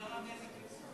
גרם נזק.